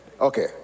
Okay